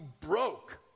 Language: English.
broke